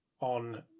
on